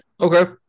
Okay